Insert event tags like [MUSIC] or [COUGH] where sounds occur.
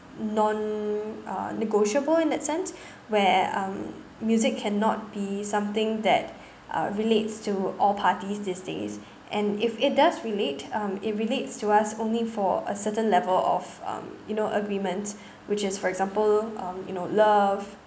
non uh negotiable in that sense [BREATH] where um music cannot be something that uh relates to all parties these days and if it does relate um it relates to us only for a certain level of um you know agreement which is for example um you know love